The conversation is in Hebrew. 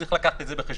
צריך לקחת את זה בחשבון.